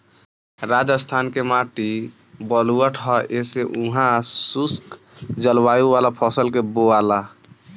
राजस्थान के माटी बलुअठ ह ऐसे उहा शुष्क जलवायु वाला फसल के बोआला